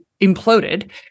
imploded